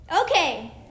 okay